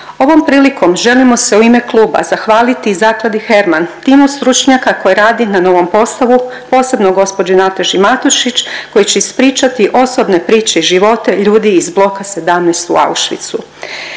Ovom prilikom želimo se u ime kluba zahvaliti i Zakladi Herman, timu stručnjaka koji radi na novom postavu posebno gospođi Nataši Matušić koji će ispričati osobne priče života ljudi iz Bloka 17 u Auschwitzu.